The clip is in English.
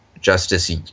justice